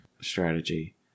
strategy